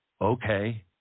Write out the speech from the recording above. okay